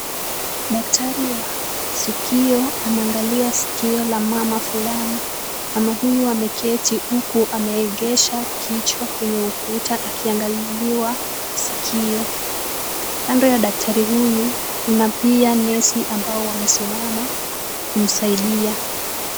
Daktari wa sikio anaangalia sikio la mama fulani. Mama huyu ameketi huku ameegesha kichwa kwenye ukuta akiangaliliwa sikio. Kando ya daktari huyu kuna pia nesi ambao wamesimama kumsaidia.